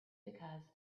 because